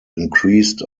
increased